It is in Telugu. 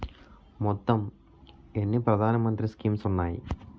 మొత్తం ఎన్ని ప్రధాన మంత్రి స్కీమ్స్ ఉన్నాయి?